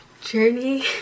Journey